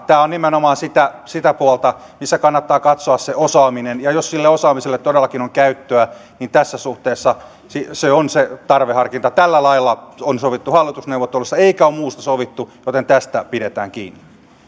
tämä on nimenomaan sitä sitä puolta missä kannattaa katsoa se osaaminen ja jos sille osaamiselle todellakin on käyttöä niin tässä suhteessa siinä tarveharkinnassa on näin tällä lailla on sovittu hallitusneuvotteluissa eikä ole muusta sovittu joten tästä pidetään kiinni